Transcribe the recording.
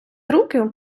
руки